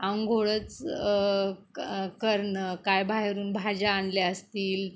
आंघोळच क करणं काय बाहेरून भाज्या आणल्या असतील